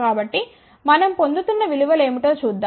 కాబట్టి మనం పొందుతున్న విలువలు ఏమిటో చూద్దాం